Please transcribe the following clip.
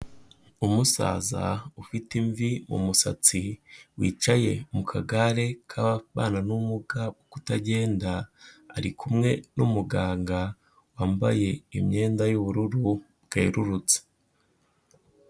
Umusaza ufite imvi mu musatsi wicaye mu kagare k'ababana n'ubumuga bwo kutagenda, ari kumwe n'umuganga wambaye imyenda y'ubururu bwerurutse.